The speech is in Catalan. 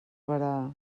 berà